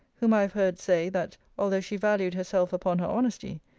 whom i have heard say, that, although she valued herself upon her honesty,